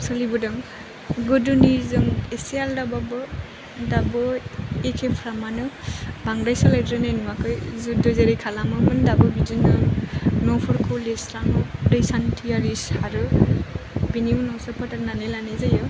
सोलिबोदों गोदोनिजों एसे आलदाबाबो दाबो एखे फ्रामानो बांद्राय सोलायद्रायनाय नुवाखै गोदो जेरै खालामोन दाबो बिदिनो न'फोरखौ लिरस्राङो दै सान्थिआरि सारो बेनि उनावसो फोथारना लानाय जायो